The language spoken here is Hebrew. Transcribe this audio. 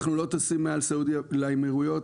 אנחנו לא טסים מעל סעודיה לאמירויות,